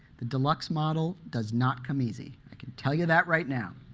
the deluxe model does not come easy. i can tell you that right now.